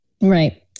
Right